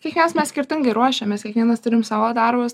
kiekvienas mes skirtingai ruošiamės kiekvienas turim savo darbus